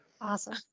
Awesome